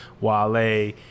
Wale